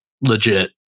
legit